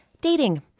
dating